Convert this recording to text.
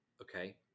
okay